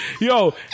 Yo